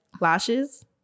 lashes